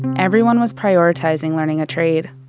everyone was prioritizing learning a trade.